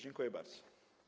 Dziękuję bardzo.